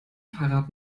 fahrrad